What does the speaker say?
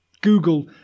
Google